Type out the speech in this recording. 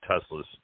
Tesla's